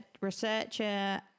researcher